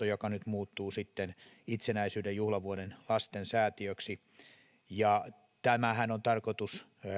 joka muuttuu nyt sitten itsenäisyyden juhlavuoden lastensäätiöksi tämähän on tarkoitus